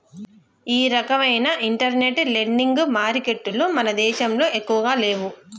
ఈ రకవైన internet lending మారికెట్టులు మన దేశంలో ఎక్కువగా లేవు